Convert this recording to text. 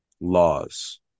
laws